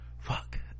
Fuck